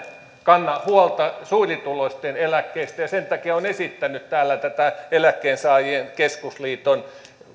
kanna huolta suurituloisten eläkkeistä ja sen takia olen esittänyt täällä tätä eläkkeensaajien keskusliiton